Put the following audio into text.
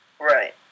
right